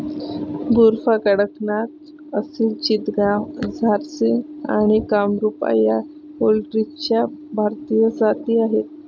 बुसरा, कडकनाथ, असिल चितगाव, झारसिम आणि कामरूपा या पोल्ट्रीच्या भारतीय जाती आहेत